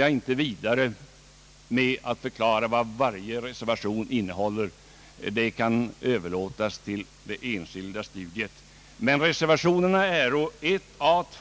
Jag skall inte förklara vad varje reservation innehåller — det kan överlåtas till enskilt studium — men de reservationer jag nu ber att